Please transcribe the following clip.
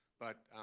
but